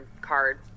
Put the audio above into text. card